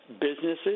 businesses